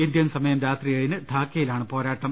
ഇന്ത്യൻസമയം രാത്രി ഏഴിന് ധാക്കയിലാണ് പോരാട്ടം